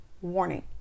warning